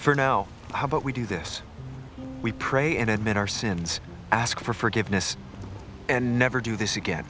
for now how about we do this we pray and admit our sins ask for forgiveness and never do this again